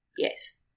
yes